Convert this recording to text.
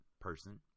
person